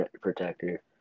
protector